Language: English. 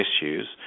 issues